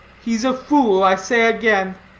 he's a fool i say again.